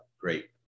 Great